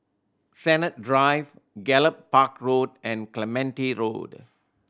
Sennett Drive Gallop Park Road and Clementi Road